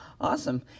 awesome